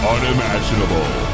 Unimaginable